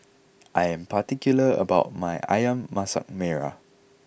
I am particular about my Ayam Masak Merah